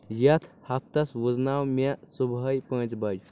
یِتھ ہفتَس وزناو مِہ صبحٲے پانژِ بجہ